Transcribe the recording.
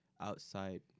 outside